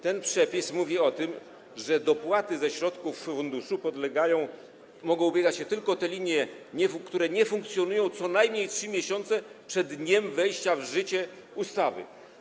Ten przepis mówi o tym, że o dopłaty ze środków funduszu mogą ubiegać się tylko te linie, które nie funkcjonują co najmniej od 3 miesięcy przed dniem wejścia w życie ustawy.